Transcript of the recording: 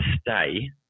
stay